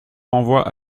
renvoie